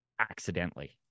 Accidentally